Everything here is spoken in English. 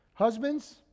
Husbands